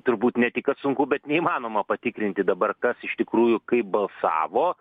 turbūt ne tik kad sunku bet neįmanoma patikrinti dabar kas iš tikrųjų kaip balsavo